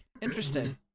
Interesting